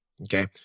okay